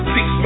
Six